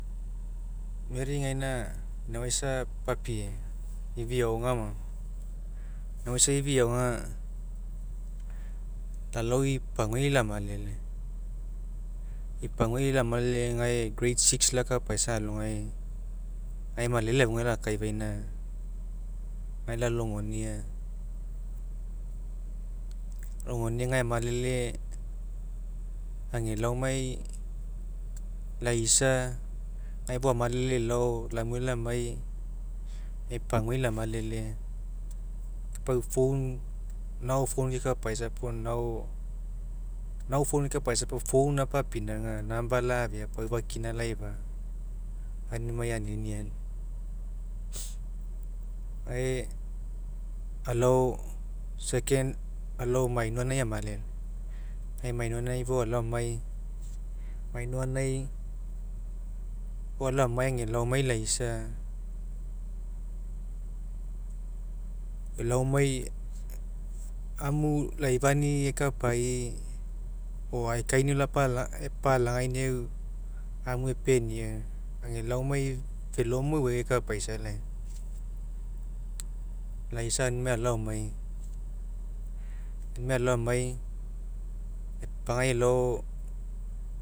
gaina inauwaisa papiega, ifiaaga maomo, inauwaisa ifiaoga, lalao ei paguai lamalele, e'i pagaui lamalele gae grade six alogai gae malele afugai lakaivana gae lalogonia. Lalogonia gae amalele, aga laomai laisa, gae fou amalele elao, lamue lamai eu paguai lamalele, pau fon, nao- fon- kekapaisa po nao. Nao fon kekapaisa po fon lapapinauga namba lafia po aufakina laifa aunimai aniniani. Gae ala'o mainohanah amalele, gae mainohanah fou- ala'o- amai, mainohanah fou alao amai age laomai laisa. amu laifanu ekapai o ae kaniau epalaganiau amu epeniau, aga loomai velomo euai ekapai, laisa aunima ala'o amai, aunima ala'o amai, epoga elao.